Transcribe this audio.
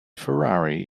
ferrari